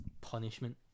punishment